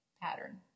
pattern